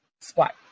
squat